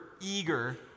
eager